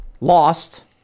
lost